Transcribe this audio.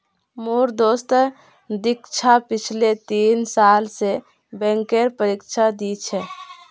मोर दोस्त दीक्षा पिछले तीन साल स बैंकेर परीक्षा दी छ